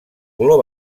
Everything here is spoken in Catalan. color